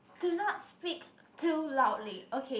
do not speak too loudly okay